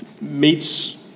meets